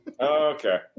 okay